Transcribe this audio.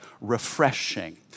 refreshing